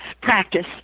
practice